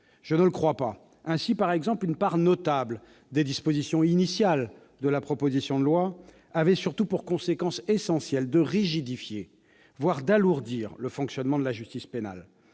Je ne le crois pas. Par exemple, une part notable des dispositions initiales de la proposition de loi avaient surtout pour conséquence essentielle de rigidifier, voire d'alourdir le fonctionnement de la justice pénale.